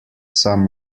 some